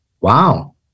wow